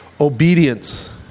obedience